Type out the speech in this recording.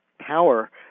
power